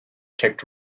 ticked